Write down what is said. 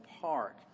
Park